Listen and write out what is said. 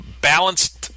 balanced